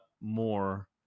more